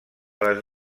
les